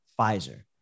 Pfizer